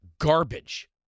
garbage